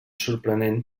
sorprenent